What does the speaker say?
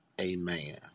amen